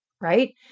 right